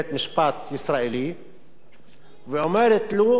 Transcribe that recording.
ואומרת לו: תן לנו חוות דעת משפטית.